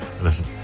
listen